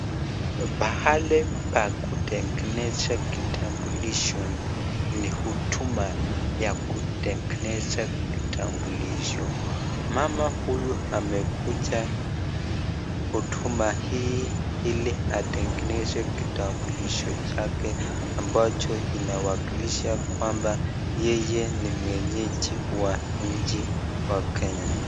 Pahali pa kutengeneza kitambulisho, ni huduma ya kutengeneza kitambulisho. Mama huyu amekuja huduma hii ili atengeneze kitambulisho chake ambacho inawakilisha kwamba yeye ni mwenyeji wa nchi ya Kenya.